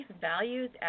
values